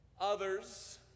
Others